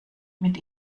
mit